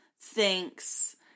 thinks